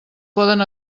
poden